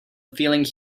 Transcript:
feeling